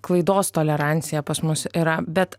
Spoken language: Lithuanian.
klaidos tolerancija pas mus yra bet